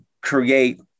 create